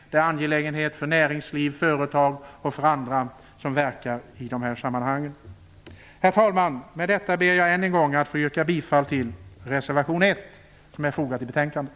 Den är en angelägenhet för näringsliv, företag och andra som verkar i dessa sammanhang. Herr talman! Med detta ber jag än en gång att få yrka bifall till reservation 1, som är fogad till betänkandet.